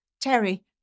Terry